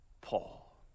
Paul